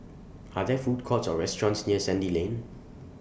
Are There Food Courts Or restaurants near Sandy Lane